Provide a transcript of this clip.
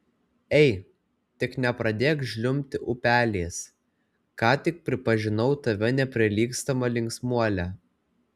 ei tik nepradėk žliumbti upeliais ką tik pripažinau tave neprilygstama linksmuole